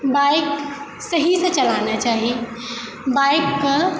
bike सहीसँ चलाना चाही बाइकके